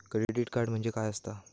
Credit card काय असता?